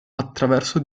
attraverso